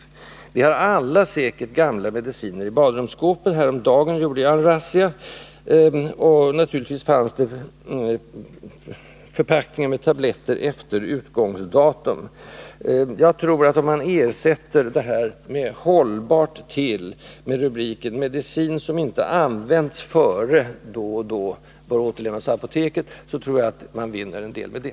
Säkert har vi alla gamla mediciner i badrumsskåpet. Häromdagen gjorde jag en razzia i mitt, och naturligtvis fanns det också där medicinförpackningar som var för gamla. Jag tror att man skulle vinna på att ersätta den formulering som nu finns på förpackningarna, ”Hållbart till ——-”, med formuleringen ”Medicin som inte har använts före den —-—--— bör återlämnas till apoteket”.